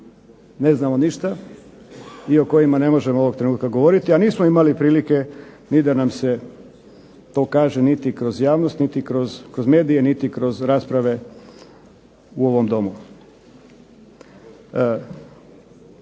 ne znamo ništa i o kojima ne možemo ovoga trenutka govoriti a nismo imali prilike da nam se to kaže niti kroz javnost, niti kroz medije niti kroz rasprave u ovom Domu.